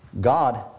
God